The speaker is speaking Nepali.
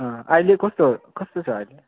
अँ अहिले कस्तो कस्तो छ अहिले